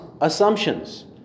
assumptions